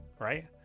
right